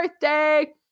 birthday